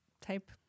type